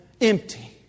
empty